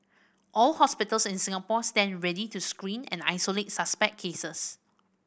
all hospitals in Singapore stand ready to screen and isolate suspect cases